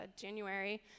January